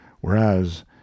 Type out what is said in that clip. whereas